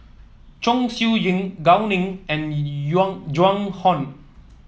Chong Siew Ying Gao Ning and Joan Hon